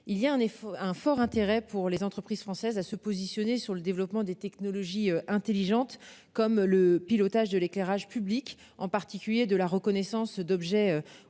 effet un fort intérêt pour les entreprises françaises à se positionner sur le développement des technologies intelligentes comme le pilotage de l'éclairage public en particulier de la reconnaissance d'objets